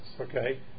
okay